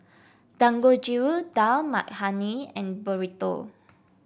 Dangojiru Dal Makhani and Burrito